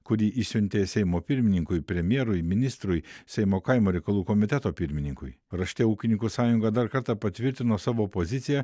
kurį išsiuntė seimo pirmininkui premjerui ministrui seimo kaimo reikalų komiteto pirmininkui rašte ūkininkų sąjunga dar kartą patvirtino savo poziciją